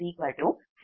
1Pg22 C330040Pg30